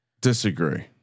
Disagree